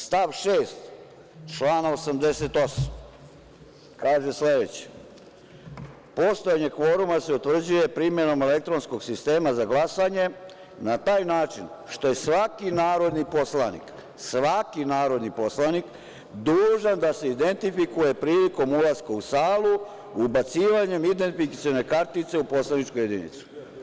Stav 6. člana 88. kaže sledeće – postojanje kvoruma se utvrđuje primenom elektronskog sistema za glasanje na taj način što je svaki narodni poslanik dužan da se identifikuje prilikom ulaska u salu ubacivanjem identifikacione kartice u poslaničku jedinicu.